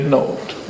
note